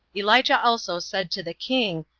elijah also said to the king,